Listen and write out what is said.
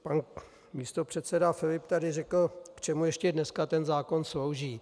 Pan místopředseda Filip řekl, k čemu ještě dneska ten zákon slouží.